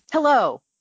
Hello